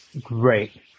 great